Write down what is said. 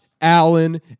Allen